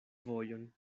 vojon